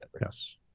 Yes